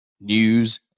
news